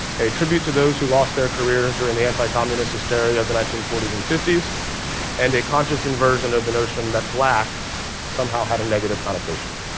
a tribute to those who lost their careers during the anti-communist hysteria of the nineteen forty s and fifty s, and a conscious inversion of the notion that black somehow had a negative connotation.